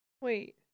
Wait